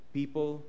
People